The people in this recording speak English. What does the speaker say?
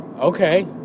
Okay